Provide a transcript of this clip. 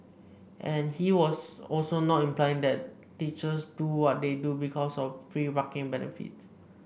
and he was also not implying that teachers do what they do because of free parking benefits